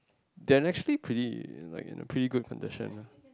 they actually predict in like in a pre good condition lah